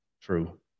true